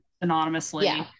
anonymously